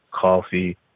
coffee